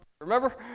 Remember